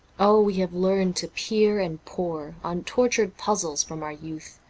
oh, we have learnt to peer and pore on tortured puzzles from our youth.